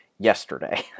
yesterday